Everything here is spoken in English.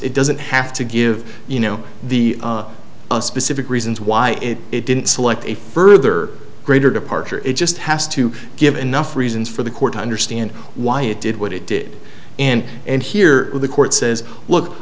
it doesn't have to give you know the specific reasons why it didn't select a further greater departure it just has to give enough reasons for the court to understand why it did what it did and and here the court says look